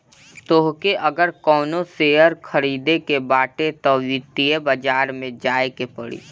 तोहके अगर कवनो शेयर खरीदे के बाटे तअ वित्तीय बाजार में जाए के पड़ी